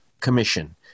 Commission